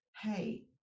hey